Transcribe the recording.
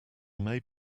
made